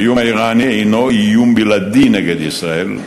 האיום האיראני אינו איום בלעדי נגד ישראל,